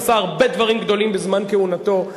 עשה הרבה דברים גדולים בעת כהונתו,